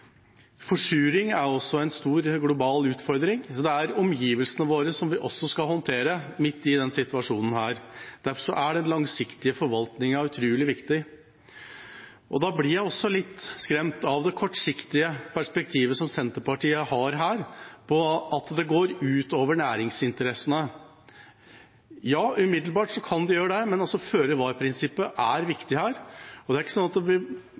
Forsuring er også en stor global utfordring. Dette er omgivelsene vi skal håndtere, midt i denne situasjonen. Derfor er den langsiktige forvaltningen utrolig viktig. Da blir jeg litt skremt av det kortsiktige perspektivet som Senterpartiet har, på at det går ut over næringsinteressene. Ja, umiddelbart kan det gjøre det, men føre-var-prinsippet er viktig, og det er ikke nødvendigvis sånn at det